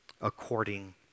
according